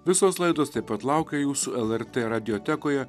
visos laidos taip pat laukia jūsų lrt radiotekoje